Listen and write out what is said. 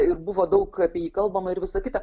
ir buvo daug apie jį kalbama ir visa kita